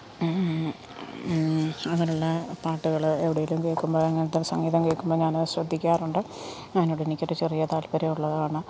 അങ്ങനുള്ള പാട്ടുകൾ എവിടെയെങ്കിലും കേൾക്കുമ്പോൾ അങ്ങനത്തെ സംഗീതം കേൾക്കുമ്പോൾ ഞാനത് ശ്രദ്ധിക്കാറുണ്ട് അതിനോട് എനിക്കൊരു ചെറിയ താൽപ്പര്യം ഉള്ളത് കാരണം